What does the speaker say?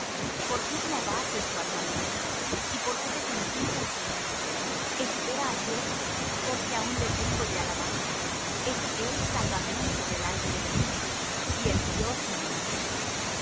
por qué te abates oh alma mía y por qué te conturbas en mí espera á dios porque aun le tengo de alabar es él salvamento delante de mí y el dios mío juzgame oh dios